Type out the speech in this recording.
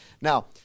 Now